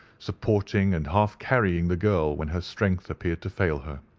supporting and half-carrying the girl when her strength appeared to fail her.